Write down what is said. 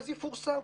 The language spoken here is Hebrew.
אז יפורסם,